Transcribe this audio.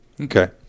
Okay